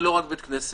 זה לא רק בית כנסת,